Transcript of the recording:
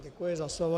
Děkuji za slovo.